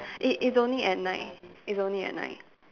it it's only at night it's only at night